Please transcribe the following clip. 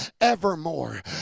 evermore